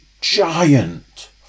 giant